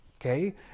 Okay